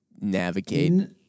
navigate